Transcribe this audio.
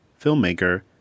filmmaker